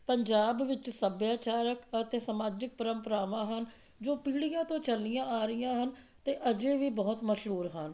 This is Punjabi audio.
ਪੰਜਾਬ ਵਿੱਚ ਸੱਭਿਆਚਾਰਕ ਅਤੇ ਸਮਾਜਿਕ ਪਰੰਪਰਾਵਾਂ ਹਨ ਜੋ ਪੀੜੀਆਂ ਤੋਂ ਚੱਲੀਆਂ ਆ ਰਹੀਆਂ ਹਨ ਅਤੇ ਅਜੇ ਵੀ ਬਹੁਤ ਮਸ਼ਹੂਰ ਹਨ